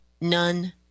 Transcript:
None